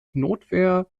notwehr